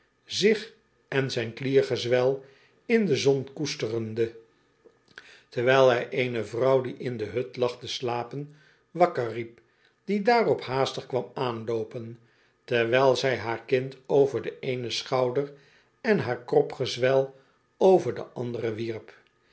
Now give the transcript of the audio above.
zich en zijn kliergezwel in de zon koesterende terwyl hij oene vrouw die in de hut lag te slapen wakker riep die daarop haastig kwam aanloopen terwijl zij haar kind over den eenen schouder en haar kropgezwel over den anderen wierp